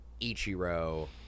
Ichiro